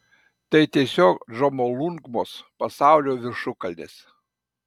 tai tiesiog džomolungmos pasaulio viršukalnės